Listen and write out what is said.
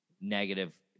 negative